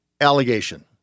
allegation